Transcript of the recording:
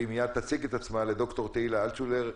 והיא מיד תציג את עצמה, לדוקטור תהילה אלטשולר.